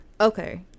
Okay